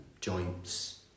joints